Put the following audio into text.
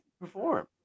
perform